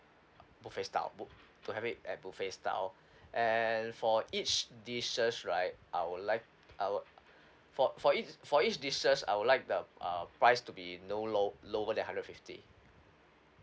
buffet style bu~ to have it at buffet style and for each dishes right I would like I would for for each for each dishes I would like the uh price to be no low lower than hundred fifty